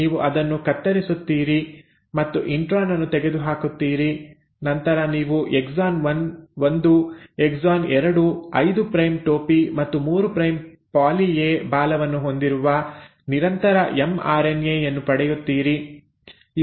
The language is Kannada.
ನೀವು ಅದನ್ನು ಕತ್ತರಿಸುತ್ತೀರಿ ಮತ್ತು ಇಂಟ್ರಾನ್ ಅನ್ನು ತೆಗೆದುಹಾಕುತ್ತೀರಿ ನಂತರ ನೀವು ಎಕ್ಸಾನ್ 1 ಎಕ್ಸಾನ್ 2 5 ಪ್ರೈಮ್ ಟೋಪಿ ಮತ್ತು 3 ಪ್ರೈಮ್ ಪಾಲಿ ಎ ಬಾಲವನ್ನು ಹೊಂದಿರುವ ನಿರಂತರ ಎಂಆರ್ಎನ್ಎ ಯನ್ನು ಪಡೆಯುತ್ತೀರಿ